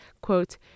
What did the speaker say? Quote